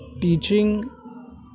teaching